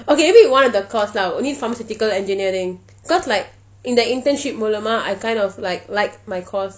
okay only one of the course lah only pharmaceutical engineering cause like in the internship மூலமா:moolama I kind of like like my course